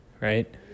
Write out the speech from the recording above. Right